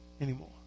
anymore